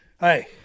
hey